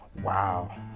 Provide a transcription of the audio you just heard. wow